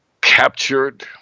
captured